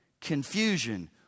confusion